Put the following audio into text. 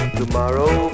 tomorrow